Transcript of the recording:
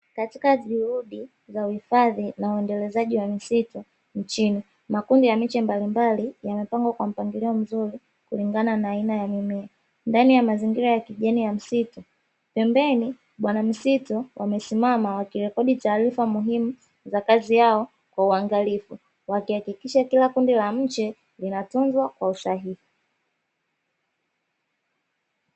Katika juhudi za uhifadhi na uendelezaji wa misitu nchini, makundi ya miche mbalimbali yamepangwa kwa mpangilio mzuri kulingana na aina ya mimea ndani ya mazingira ya kijani ya msitu, pembeni bwana misitu wamesimama wakirekodi taarifa muhimu za kazi yao kwa uangalifu, wakahakikisha kila kundi la mche linatunzwa kwa usahihi.